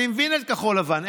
אני מבין את כחול לבן,